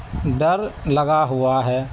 ڈَر لگا ہوا ہے